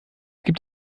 gibt